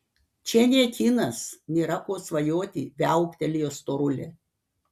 čia ne kinas nėra ko svajoti viauktelėjo storulė